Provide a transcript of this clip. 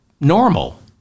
normal